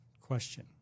question